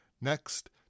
next